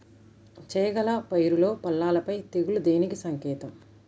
చేగల పైరులో పల్లాపై తెగులు దేనికి సంకేతం?